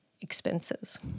expenses